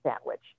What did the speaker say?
sandwich